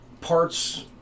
parts